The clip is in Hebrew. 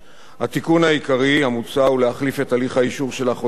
התיקון העיקרי המוצע הוא להחליף את הליך האישור של החוזה האחיד